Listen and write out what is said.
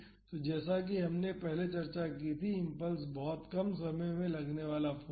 तो जैसा कि हमने पहले चर्चा की थी इम्पल्स बहुत कम समय में लगने वाला फाॅर्स है